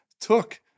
took